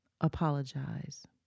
apologize